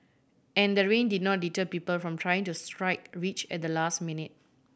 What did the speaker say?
and the rain did not deter people from trying to strike rich at the last minute